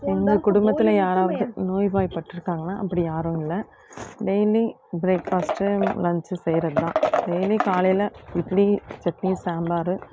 எங்கள் குடும்பத்தில் யாராவது நோய்வாய்ப்பட்டிருக்காங்களா அப்படி யாரும் இல்லை டெய்லி ப்ரேக் ஃபாஸ்ட்டும் லன்ச்சும் செய்கிறதுதான் டெய்லி காலையில் இட்லி சட்னி சாம்பார்